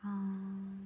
ٲں